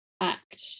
act